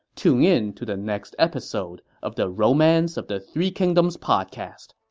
tune in to the next episode of the romance of the three kingdoms podcast.